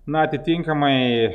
na atitinkamai